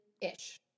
ish